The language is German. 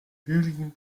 hügeligen